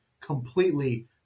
completely